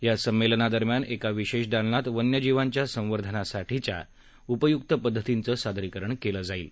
या संमेलनादरम्यान एका विशेष दालनात वन्यजीवांच्या संवर्धनासाठीच्या उपयुक्त पद्धतींचं सादरीकरण केलं जाणार आहेत